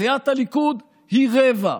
סיעת הליכוד היא רבע,